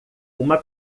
uma